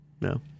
No